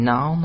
Now